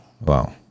Wow